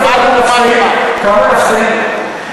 כמה נפסיד?